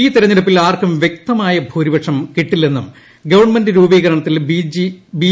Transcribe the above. ഈ തിരഞ്ഞെടുപ്പിൽ ആർക്കും വ്യക്ത മായ ഭൂരിപക്ഷം കിട്ടില്ലെന്നും ഗവൺമെന്റ് രൂപീകരണത്തിൽ ബി